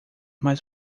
mais